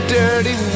dirty